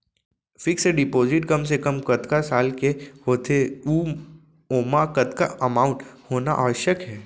Fix deposit कम से कम कतका साल के होथे ऊ ओमा कतका अमाउंट होना आवश्यक हे?